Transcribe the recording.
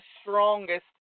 strongest